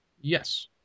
Yes